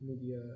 media